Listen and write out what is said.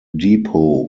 depot